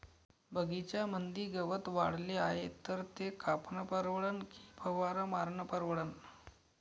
बगीच्यामंदी गवत वाढले हाये तर ते कापनं परवडन की फवारा मारनं परवडन?